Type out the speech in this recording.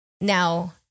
Now